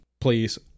Please